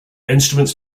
instruments